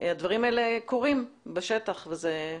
הדברים האלה קורים בשטח וזה מעודד.